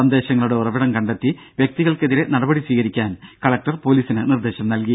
സന്ദേശങ്ങളുടെ ഉറവിടം കണ്ടെത്തി വ്യക്തികൾക്കെതിരെ നടപടി സ്വീകരിക്കാൻ കലക്ടർ പൊലീസിന് നിർദ്ദേശം നൽകി